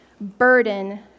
burden